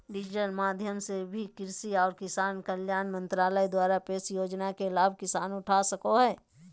digital माध्यम से भी कृषि आर किसान कल्याण मंत्रालय द्वारा पेश योजना के लाभ किसान उठा सको हय